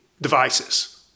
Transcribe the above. devices